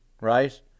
right